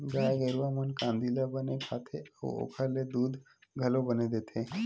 गाय गरूवा मन कांदी ल बने खाथे अउ ओखर ले दूद घलो बने देथे